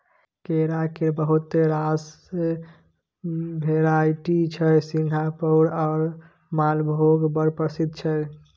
केरा केर बहुत रास भेराइटी छै सिंगापुरी आ मालभोग बड़ प्रसिद्ध छै